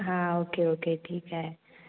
हां okay okay ठीक आहे